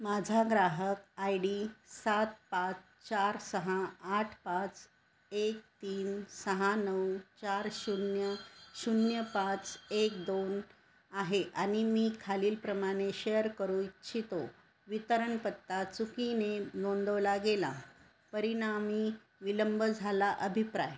माझा ग्राहक I D सात पाच चार सहा आठ पाच एक तीन सहा नऊ चार शून्य शून्य पाच एक दोन आहे आणि मी खालीलप्रमाणे शेअर करू इच्छितो वितरण पत्ता चुकीने नोंदवला गेला परिणामी विलंब झाला अभिप्राय